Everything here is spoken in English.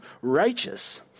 righteous